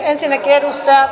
ensinnäkin edustaja